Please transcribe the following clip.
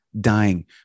dying